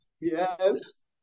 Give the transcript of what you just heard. Yes